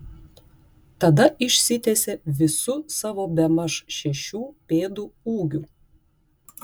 tada išsitiesė visu savo bemaž šešių pėdų ūgiu